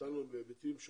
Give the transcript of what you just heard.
שניתן לו בהיבטים של